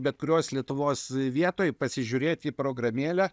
bet kurios lietuvos vietoj pasižiūrėt į programėlę